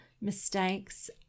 mistakes